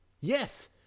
yes